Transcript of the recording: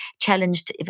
challenged